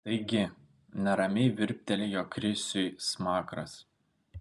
taigi neramiai virptelėjo krisiui smakras